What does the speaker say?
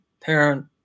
parent